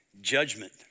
Judgment